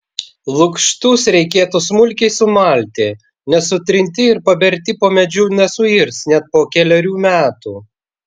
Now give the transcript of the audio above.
lukštus reikėtų smulkiai sumalti nes sutrinti ir paberti po medžiu nesuirs net po kelerių metų